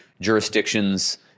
jurisdictions